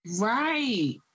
right